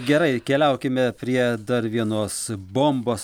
gerai keliaukime prie dar vienos bombos